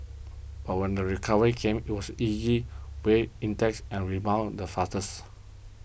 but when the recovery came it was weigh index and rebounded the fastest